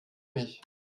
mich